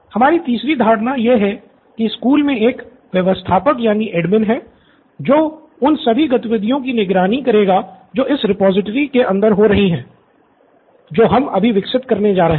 हमारी तीसरी धारणा यह है कि स्कूल में एक व्यवस्थापक है जो उन सभी गतिविधियों की निगरानी करेगा जो इस रिपॉजिटरी के अंदर हो रही हैं जो हम अभी विकसित करने जा रहे हैं